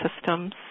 systems